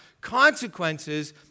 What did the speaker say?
consequences